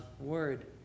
word